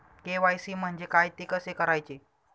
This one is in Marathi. के.वाय.सी म्हणजे काय? ते कसे करायचे?